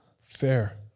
fair